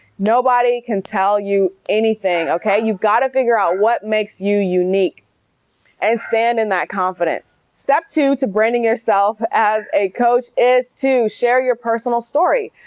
nobody can tell you anything. okay? you've got to figure out what makes you unique and stand in that confidence. step two to branding yourself as a coach is to share your personal story.